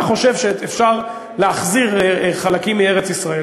אתה חושב שאפשר להחזיר חלקים מארץ-ישראל,